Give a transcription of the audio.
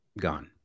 gone